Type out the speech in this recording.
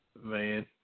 Man